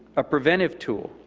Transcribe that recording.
a preventive tool,